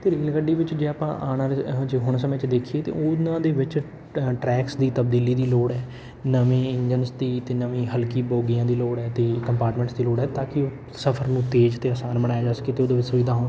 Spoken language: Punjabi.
ਅਤੇ ਰੇਲ ਗੱਡੀ ਵਿੱਚ ਜੇ ਆਪਾਂ ਆਉਣ ਵਾਲੇ ਜੇ ਹੁਣ ਸਮੇਂ 'ਚ ਦੇਖੀਏ ਤਾਂ ਉਹਨਾਂ ਦੇ ਵਿੱਚ ਟਰੈਕਸ ਦੀ ਤਬਦੀਲੀ ਦੀ ਲੋੜ ਹੈ ਨਵੇਂ ਇੰਜਨਸ ਦੀ ਅਤੇ ਨਵੀਂ ਹਲਕੀ ਬੋਗੀਆਂ ਦੀ ਲੋੜ ਹੈ ਅਤੇ ਕਪਾਟਮੈਂਟਸ ਦੀ ਲੋੜ ਹੈ ਤਾਂ ਕਿ ਸਫਰ ਨੂੰ ਤੇਜ਼ ਅਤੇ ਅਸਾਨ ਬਣਾਇਆ ਜਾ ਸਕੇ ਅਤੇ ਉਹਦੇ ਵਿੱਚ ਸੁਵਿਧਾ